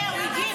זה בסדר.